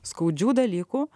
skaudžių dalykų